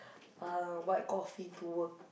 uh white coffee to work